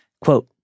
Quote